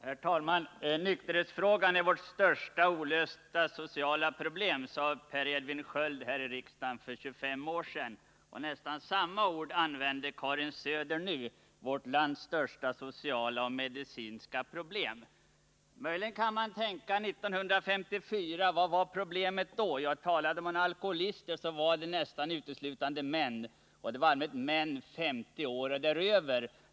Herr talman! Nykterhetsfrågan är vårt största olösta sociala problem sade Per Edvin Sköld i riksdagen för 25 år sedan. Nästan samma ord — vårt lands största sociala och medicinska problem — använde Karin Söder nu. Vad var problemet 1954? Då var alkoholisterna nästan uteslutande män, i allmänhet män på 50 år och däröver.